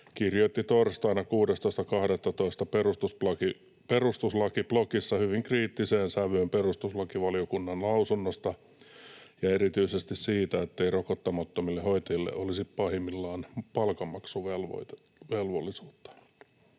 kirjoitti torstaina 16.12. Perustuslakiblogissa hyvin kriittiseen sävyyn perustuslakivaliokunnan lausunnosta ja erityisesti siitä, ettei rokottamattomille hoitajille olisi pahimmillaan palkanmaksuvelvollisuutta: